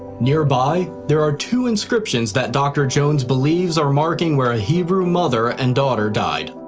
nearby, there are two inscriptions that dr. jones believes are marking where a hebrew mother and daughter died.